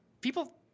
people